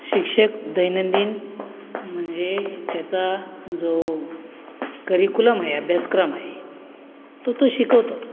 शिक्षक दैनंदिन म्हणजे त्याचा जो करीकुलम आहे अभ्यासक्रम आहे तो तो शिकवतोच